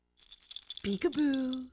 Peekaboo